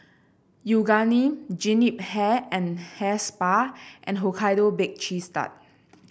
Yoogane Jean Yip Hair and Hair Spa and Hokkaido Baked Cheese Tart